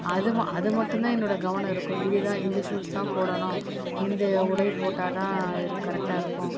அது ம அதுமட்டும் தான் என்னோடய கவனம் இருக்கும் இதுதான் இந்த ஷூஸ் தான் போடணும் இந்த உடை போட்டால்தான் இது கரெக்டாக இருக்கும்